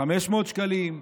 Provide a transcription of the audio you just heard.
500 שקלים?